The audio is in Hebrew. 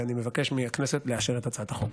ואני מבקש מהכנסת לאשר את הצעת החוק.